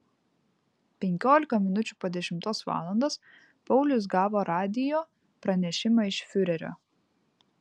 penkiolika minučių po dešimtos valandos paulius gavo radijo pranešimą iš fiurerio